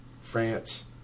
France